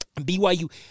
BYU